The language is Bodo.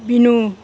बिनु